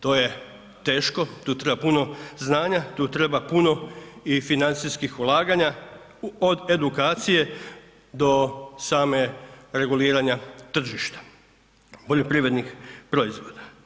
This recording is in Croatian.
To je teško, tu treba puno znanja, tu treba puno i financijskih ulaganja, od edukacije do same reguliranja tržišta poljoprivrednih proizvoda.